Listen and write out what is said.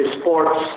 Sports